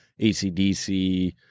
ACDC-